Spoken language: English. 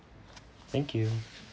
thank you